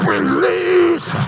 Release